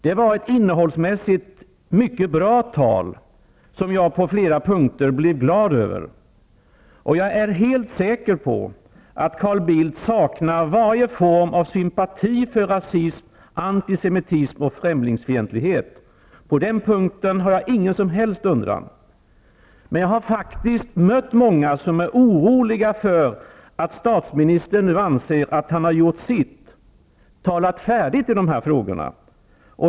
Det var innehållsmässigt ett mycket bra tal, som jag på flera punkter blev glad över. Jag är helt säker på att Carl Bildt saknar varje form av sympati för rasism, antisemitism och främlingsfientlighet. På den punkten har jag ingen som helst undran. Men jag har faktiskt mött många som är oroliga för att statsministern nu anser att han har gjort sitt; talat färdigt i de här frågorna.